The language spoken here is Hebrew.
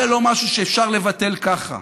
זה לא משהו שאפשר לבטל ככה.